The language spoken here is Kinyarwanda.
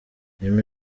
remy